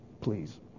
please